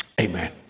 Amen